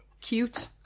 cute